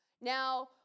Now